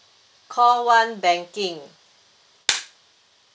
call one banking